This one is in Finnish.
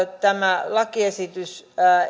tämä lakiesitys